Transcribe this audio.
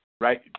right